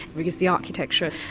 because the architecture,